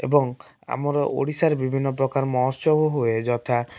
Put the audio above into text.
ଏବଂ ଆମର ଓଡ଼ିଶାରେ ବିଭିନ୍ନ ପ୍ରକାର ମହୋତ୍ସବ ହୁଏ ଯଥା